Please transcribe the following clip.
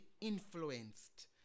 influenced